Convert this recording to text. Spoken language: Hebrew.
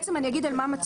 אני אגיד על מה מצביעים.